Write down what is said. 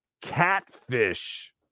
catfish